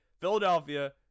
Philadelphia